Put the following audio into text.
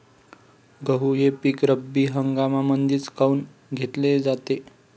गहू हे पिक रब्बी हंगामामंदीच काऊन घेतले जाते?